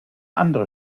andere